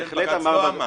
את זה בג"ץ לא אמר.